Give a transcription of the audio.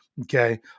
Okay